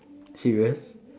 serious